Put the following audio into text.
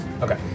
Okay